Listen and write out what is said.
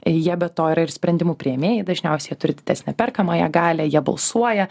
jie be to yra ir sprendimų priėmėjai dažniausiai jie turi didesnę perkamąją galią jie balsuoja